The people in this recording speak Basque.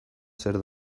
zer